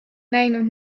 näinud